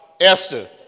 Esther